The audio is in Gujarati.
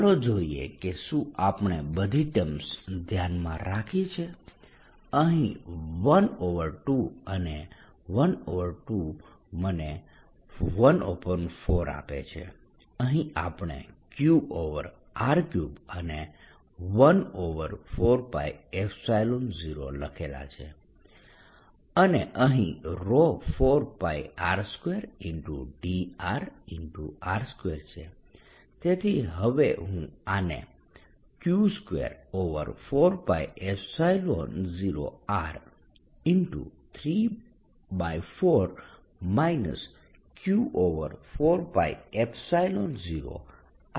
ચાલો જોઈએ કે શું આપણે બધી ટર્મ્સ ધ્યાનમાં રાખી છે અહીં 12 અને 12 મને 14 આપે છે અહીં આપણે QR3 અને 14π0 લખેલા છે અને અહીં ρ 4 π r2 dr r2 છે